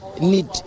need